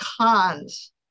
cons